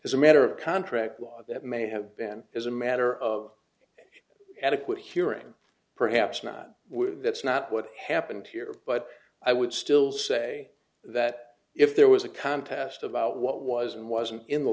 as a matter of contract law that may have been as a matter of adequate hearing perhaps not with that's not what happened here but i would still say that if there was a contest about what was and wasn't in the